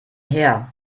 herr